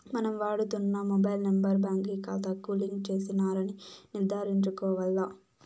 మనం వాడుతున్న mobile number బాంకీ కాతాకు లింక్ చేసినారని నిర్ధారించుకోవాల్ల